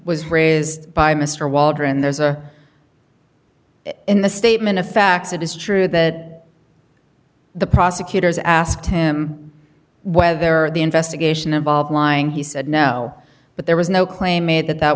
was raised by mr waldron there's a in the statement of facts it is true that the prosecutors asked him whether the investigation involved lying he said no but there was no claim made that that